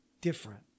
different